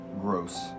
gross